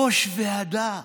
ראש ועדה,